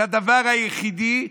זה הדבר היחידי,